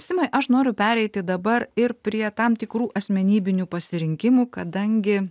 simai aš noriu pereiti dabar ir prie tam tikrų asmenybinių pasirinkimų kadangi